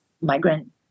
migrant